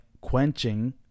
quenching